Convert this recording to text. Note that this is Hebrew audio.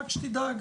רק שתדע.